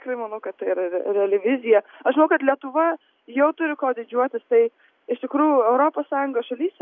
tikrai manau kad tai yra re reali vizija aš žinau kad lietuva jau turi kuo didžiuotis tai iš tikrųjų europos sąjungos šalyse